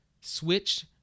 Switch